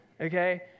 Okay